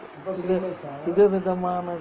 வித விதமான:vitha vithamaana